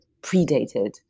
predated